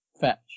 fetch